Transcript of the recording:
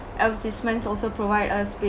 advertisements also provide us